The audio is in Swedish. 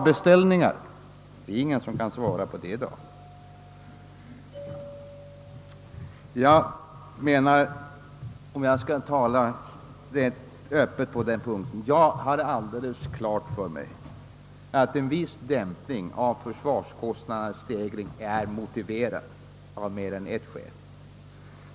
Det är ingen som kan svara på den frågan i dag. Om jag skall tala öppet på den här punkten vill jag säga, att jag har alldeles klart för mig att det av mer än ett skäl är motiverat med en viss dämpning i stegringen av försvarskostnaderna.